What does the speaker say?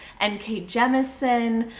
and k. jemisin.